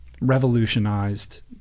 Revolutionized